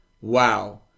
wow